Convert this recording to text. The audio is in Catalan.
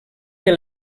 per